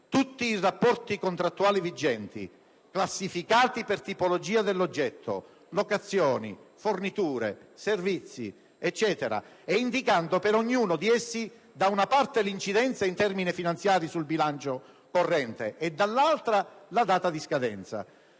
tutti i rapporti contrattuali vigenti classificati per tipologia dell'oggetto (locazioni, forniture, servizi eccetera), e indicando per ognuno di essi, da una parte l'incidenza in termini finanziari sul bilancio corrente, dall'altra la data di scadenza.